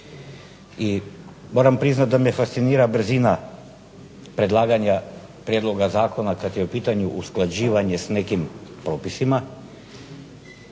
I moram priznati da me fascinira brzina predlaganja prijedloga zakona kada je u pitanju usklađivanje s nekim propisima,